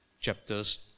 chapters